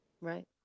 Right